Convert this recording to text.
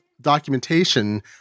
documentation